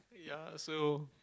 ya so